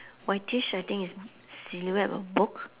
whitish I think it's silhouette of book